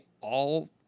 all-